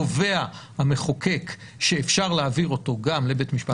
קובע המחוקק שאפשר להעביר אותו גם לבית משפט אחר?